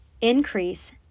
Increase